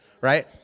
right